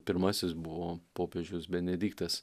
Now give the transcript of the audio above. pirmasis buvo popiežius benediktas